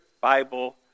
Bible